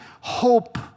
hope